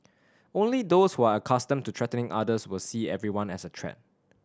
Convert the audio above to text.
only those who are accustomed to threatening others will see everyone as a threat